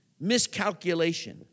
miscalculation